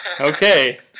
okay